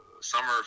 summer